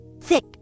thick